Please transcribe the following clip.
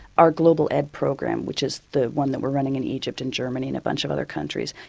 our global ed program which is the one that we're running in egypt and germany and a bunch of other countries,